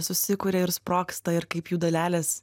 susikuria ir sprogsta ir kaip jų dalelės